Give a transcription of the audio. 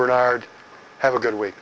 bernard have a good w